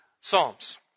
psalms